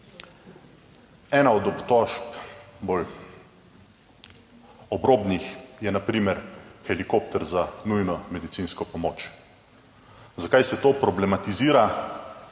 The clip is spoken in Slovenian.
Ena od obtožb, bolj obrobnih, je na primer helikopter za nujno medicinsko pomoč. Zakaj se to problematizira?